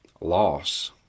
loss